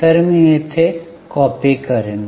तर मी ते येथे कॉपी करेन